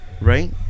right